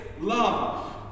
love